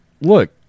look